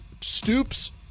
Stoops